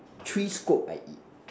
three scoop I eat